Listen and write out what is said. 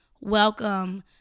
Welcome